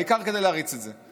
העיקר להריץ את זה.